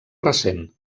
recent